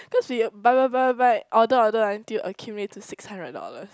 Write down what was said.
cause we buy buy buy buy buy order order until accumulate to six hundred dollars